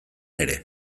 ere